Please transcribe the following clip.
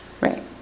Right